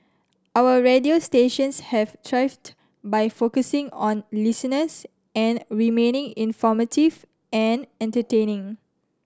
our radio stations have thrived by focusing on listeners and remaining informative and entertaining